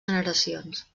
generacions